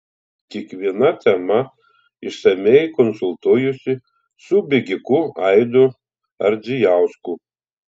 kiekviena tema išsamiai konsultuojuosi su bėgiku aidu ardzijausku